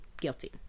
guilty